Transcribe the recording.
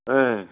ம்